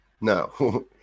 No